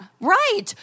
Right